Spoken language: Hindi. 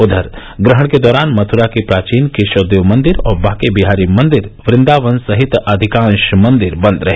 उधर ग्रहण के दौरान मथुरा के प्राचीन केशवदेव मंदिर और बांके बिहारी मंदिर वृन्दावन सहित अधिकांश मंदिर बंद रहे